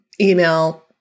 email